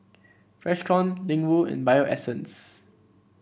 Freshkon Ling Wu and Bio Essence